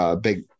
big